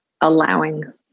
allowing